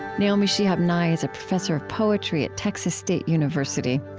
naomi shihab nye is a professor of poetry at texas state university.